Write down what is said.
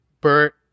Bert